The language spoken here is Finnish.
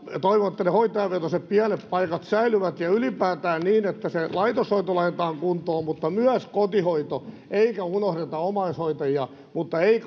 toivon että ne hoitajavetoiset pienet paikat säilyvät ja ylipäätään sitä että se laitoshoito laitetaan kuntoon mutta myös kotihoito eikä unohdeta omaishoitajia mutta ei